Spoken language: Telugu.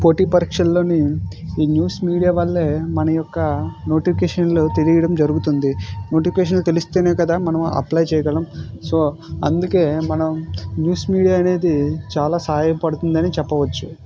పోటీ పరీక్షల్లోని ఈ న్యూస్ మీడియా వల్లే మన యొక్క నోటిఫికేషన్లు తెలియడం జరుగుతుంది నోటిఫికేషన్లు తెలిస్తేనే కదా మనం అప్లై చేయగలం సో అందుకే మనం న్యూస్ మీడియా అనేది చాలా సహాయ పడుతుంది అని చెప్పవచ్చు